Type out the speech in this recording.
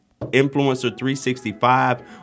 Influencer365